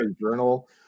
journal